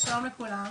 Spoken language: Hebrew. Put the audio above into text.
שלום לכולם,